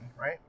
right